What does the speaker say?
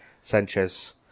Sanchez